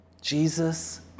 Jesus